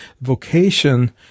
Vocation